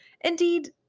Indeed